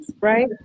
right